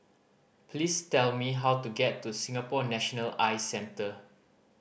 please tell me how to get to Singapore National Eye Centre